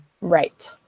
Right